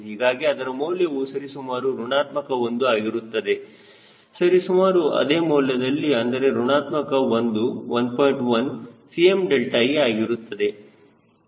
ಹೀಗಾಗಿ ಅದರ ಮೌಲ್ಯವು ಸರಿಸುಮಾರು ಋಣಾತ್ಮಕ 1 ಆಗಿರುತ್ತದೆ ಸರಿಸುಮಾರು ಅದೇ ಮೌಲ್ಯದಲ್ಲಿ ಅಂದರೆ ಋಣಾತ್ಮಕ 1 1